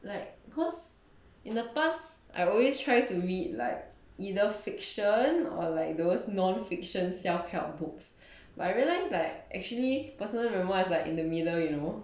like cause in the past I always try to read like either fiction or like those non fiction self help books but I realise like actually personally you memoir like in the middle you know